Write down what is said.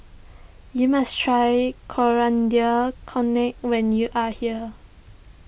you must try Coriander Chutney when you are here